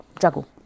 juggle